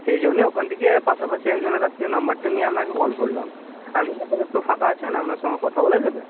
সেই জন্যে ওখান থেকে পাশাপাশি একজনের কাছ থেকে নাম্বারটা নিয়ে আপনাকে কল করলাম আপনি এখন একটু ফাঁকা আছেন আপনার সঙ্গে কথা বলা যাবে